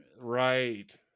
Right